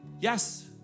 Yes